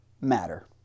matter